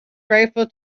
grateful